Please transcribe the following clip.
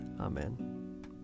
Amen